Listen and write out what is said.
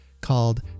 called